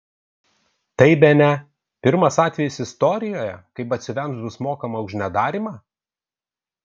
tai bene pirmas atvejis istorijoje kai batsiuviams bus mokama už nedarymą